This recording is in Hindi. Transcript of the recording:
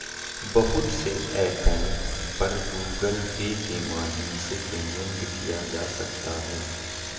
बहुत से ऐपों पर गूगल पे के माध्यम से पेमेंट किया जा सकता है